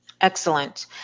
Excellent